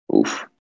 oof